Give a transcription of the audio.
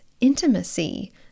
intimacy